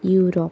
Europe